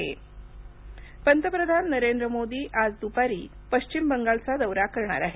PM Bengal पंतप्रधान नरेंद्र मोदी आज दुपारी पश्रिचम बंगालचा दौरा करणार आहेत